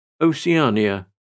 Oceania